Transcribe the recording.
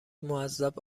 معذب